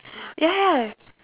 ya